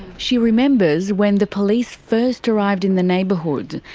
she remembers when the police first arrived in the neighbourhood.